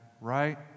right